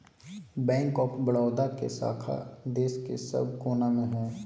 bank of Baroda के शाखा देश के सब कोना मे हय